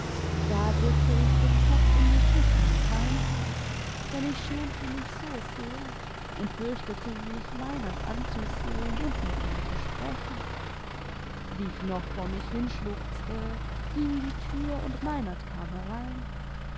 da drückte ich den kopf in die kissen und weinte denn ich schämte mich so sehr und fürchtete nüch meinert anzusehen und mit ihm zu sprechen wie ich noch vor mich hinschluchzte ging die tür und meinert kam herein